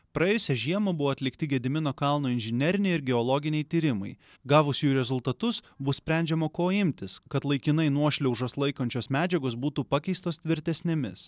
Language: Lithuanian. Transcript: praėjusią žiemą buvo atlikti gedimino kalno inžineriniai geologiniai tyrimai gavus jų rezultatus bus sprendžiama ko imtis kad laikinai nuošliaužas laikančios medžiagos būtų pakeistos tvirtesnėmis